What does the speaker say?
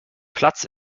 platz